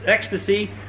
ecstasy